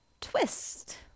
Twist